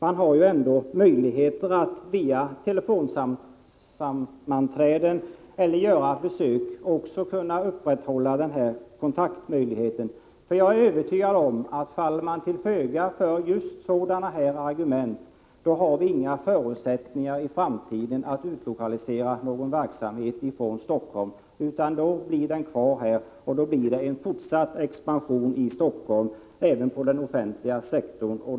Man har ju ändå möjligheter genom telefonsamtal eller besök att upprätthålla dessa kontakter. Jag är övertygad om att om man faller till föga för just sådana här argument, har vi inga förutsättningar att i framtiden utlokalisera någon verksamhet från Stockholm, utan den blir kvar här och får som följd en fortsatt expansion i Stockholm även inom den offentliga sektorn.